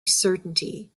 certainty